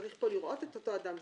וצריך פה לראות את אותו אדם.